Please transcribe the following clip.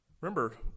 Remember